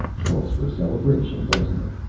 calls for a celebration, doesn't it?